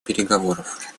переговоров